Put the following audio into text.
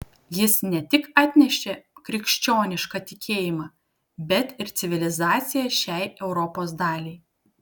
jis ne tik atnešė krikščionišką tikėjimą bet ir civilizaciją šiai europos daliai